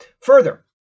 Further